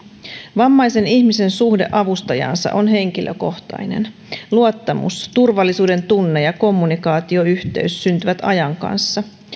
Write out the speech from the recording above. vammaisen ihmisen suhde avustajaansa on henkilökohtainen luottamus turvallisuudentunne ja kommunikaatioyhteys syntyvät ajan kanssa